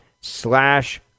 slash